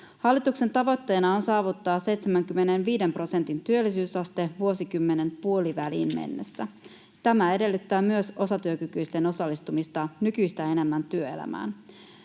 Hallituksen tavoitteena on saavuttaa 75 prosentin työllisyysaste vuosikymmenen puoliväliin mennessä. Tämä edellyttää myös osatyökykyisten osallistumista nykyistä enemmän työelämään.